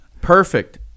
Perfect